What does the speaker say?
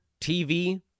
TV